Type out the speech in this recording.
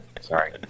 Sorry